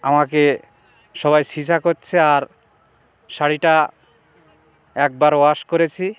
আমাকে সবাই ছিছি করছে আর শাড়িটা একবার ওয়াশ করেছি